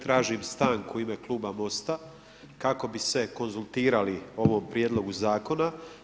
Tražim stanku u ime kluba MOST-a kako bi se konzultirali o ovom prijedlogu Zakona.